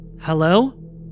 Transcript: Hello